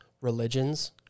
religions